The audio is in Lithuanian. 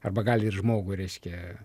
arba gali ir žmogų reiškia